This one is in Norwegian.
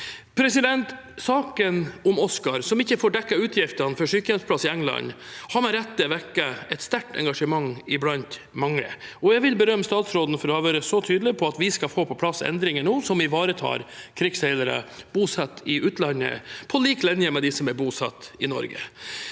i sikte. Saken om Oscar som ikke får dekket utgiftene for sykehjemsplass i England, har med rette vekket et sterkt engasjement blant mange, og jeg vil berømme statsråden for å ha vært så tydelig på at vi nå skal få på plass endringer som ivaretar krigsseilere bosatt i utlandet på lik linje med de som er bosatt i Norge.